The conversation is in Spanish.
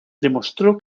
demostró